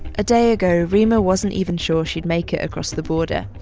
a day ago, reema wasn't even sure she'd make it across the border.